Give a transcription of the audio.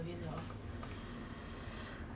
cause uh his side